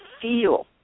feel